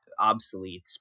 Obsolete